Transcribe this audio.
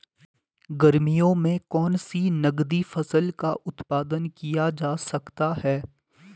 गर्मियों में कौन सी नगदी फसल का उत्पादन किया जा सकता है?